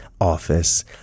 office